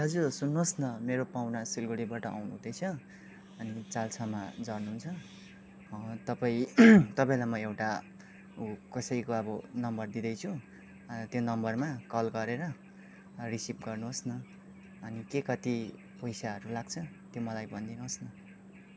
दाजु सुन्नुहोस् न मेरो पाहुना सिलगडीबाट आउनु हुँदैछ अनि चाल्सामा झर्नुन्छ तपाईँ तपाईँलाई म एउटा उ कसैको अब नम्बर दिँदैछु त्यो नम्बरमा कल गरेर रिसिभ गर्नुहोस् न अनि के कति पैसाहरू लाग्छ त्यो मलाई भनिदिनुहोस् न